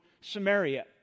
Samaria